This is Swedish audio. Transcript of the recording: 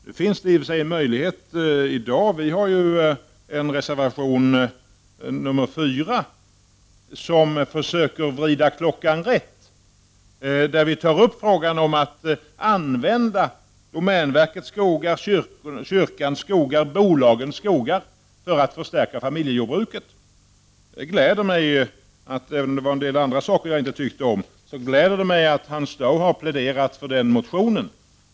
Det finns i och för sig möjligheter i dag. Vår reservation 4 innebär ett försök att vrida klockan rätt. Där tar vi upp frågan om att använda domänverkets, kyrkans och bolagens skogar för att förstärka familjejordbruken. Även om det var en del andra saker jag inte tyckte om, gläder det mig att Hans Dau har pläderat för den motionen.